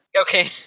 Okay